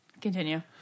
Continue